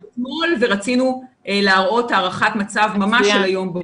אנחנו --- אתמול ורצינו להראות הערכת מצב ממש של היום בבוקר.